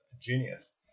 genius